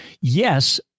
Yes